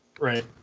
right